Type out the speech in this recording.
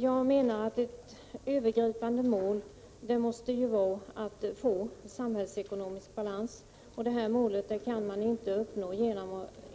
Jag menar att det övergripande målet måste vara att åstadkomma samhällsekonomisk balans. Det målet kan inte uppnås, om